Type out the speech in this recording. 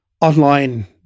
online